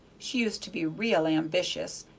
she used to be real ambitious.